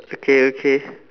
okay okay